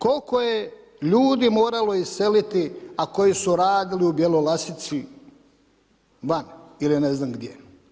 Koliko je ljudi moralo iseliti a koji su radili u Bjelolasici vani ili ne znam gdje.